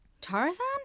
Tarzan